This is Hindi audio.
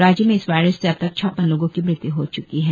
राज्य में इस वायरस से अब तक छप्पन लोगो की मृत्यु हो चुकी है